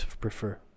prefer